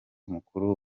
mukuru